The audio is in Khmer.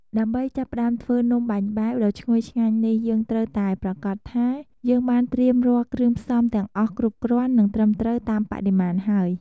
ដើម្បីចាប់ផ្តើមធ្វើនំបាញ់បែវដ៏ឈ្ងុយឆ្ងាញ់នេះ យើងត្រូវតែប្រាកដថា យើងបានត្រៀមរាល់គ្រឿងផ្សំ ទាំងអស់គ្រប់គ្រាន់ និងត្រឹមត្រូវតាមបរិមាណហើយ។